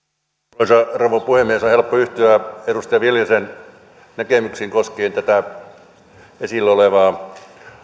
arvoisa rouva puhemies on helppo yhtyä edustaja viljasen näkemyksiin koskien tätä esillä olevaa